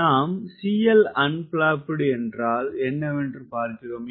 நாம் unflapped என்றால் என்னவென்று பார்க்கிறோம்